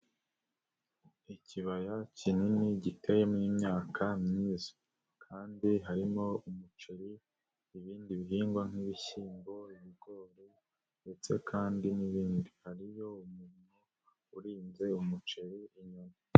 Ikibaya kinini giteyemo imyaka myiza kandi harimo umuceri ibindi bihingwa nk'ibishyimbo, ibigori ndetse kandi n'ibindi, hari yo umuntu urinze umuceri inyuma.